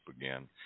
again